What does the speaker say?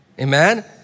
Amen